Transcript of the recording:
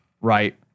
Right